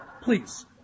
Please